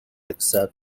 accept